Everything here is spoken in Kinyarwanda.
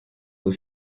ubu